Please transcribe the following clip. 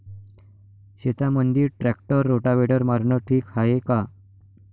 शेतामंदी tractor rotavator मारनं ठीक हाये का?